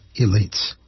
elites